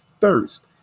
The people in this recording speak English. thirst